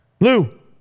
Lou